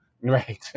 Right